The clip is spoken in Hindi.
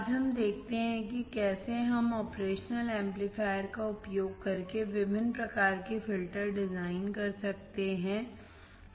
आज हम देखते हैं कि कैसे हम ऑपरेशनल एमप्लीफायर का उपयोग करके विभिन्न प्रकार के फिल्टर डिजाइन कर सकते हैं